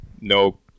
no